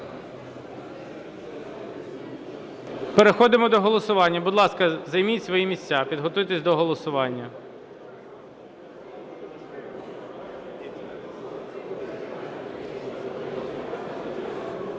Переходимо до голосування. Будь ласка, займіть свої місця, підготуйтесь до голосування.